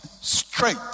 straight